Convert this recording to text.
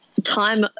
time